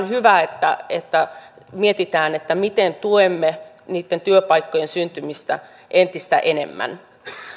hyvä että että mietitään miten tuemme niitten työpaikkojen syntymistä entistä enemmän